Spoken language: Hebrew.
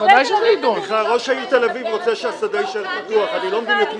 סליחה, ראש העיר תל אביב רוצה שהשדה יישאר